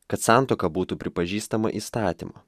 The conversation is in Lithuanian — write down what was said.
kad santuoka būtų pripažįstama įstatymo